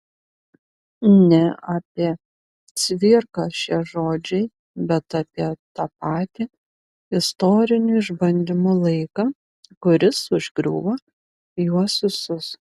ne apie cvirką šie žodžiai bet apie tą patį istorinių išbandymų laiką kuris užgriuvo juos visus